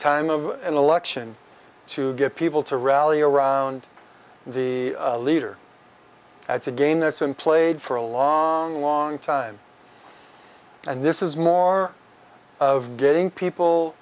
time of an election to get people to rally around the leader that's again that's been played for a long long time and this is more of getting people